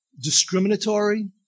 discriminatory